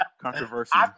controversy